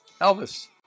Elvis